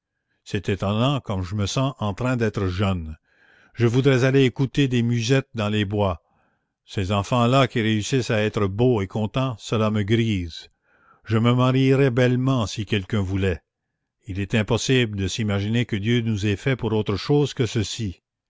c'est étonnant comme je me sens en train d'être jeune je voudrais aller écouter des musettes dans les bois ces enfants-là qui réussissent à être beaux et contents cela me grise je me marierais bellement si quelqu'un voulait il est impossible de s'imaginer que dieu nous ait faits pour autre chose que ceci